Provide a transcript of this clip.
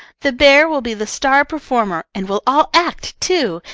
the bear will be the star performer, and we'll all act, too,